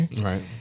Right